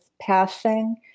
passing